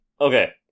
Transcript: Okay